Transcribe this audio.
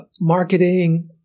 marketing